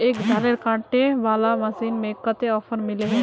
एक धानेर कांटे वाला मशीन में कते ऑफर मिले है?